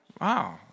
wow